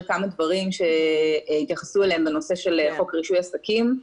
כמה דברים שהתייחסו אליהם בנושא של חוק רישוי עסקים.